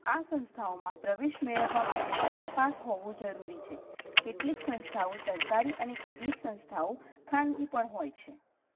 આ સંસ્થાઓમાં પ્રવેશ મેળવવા માટે બાર પાસ હોવું જરૂરી છે કેટલીક સંસ્થાઓ સરકારી અને કેટલીક સંસ્થાઓ ખાનગી પણ હોય છે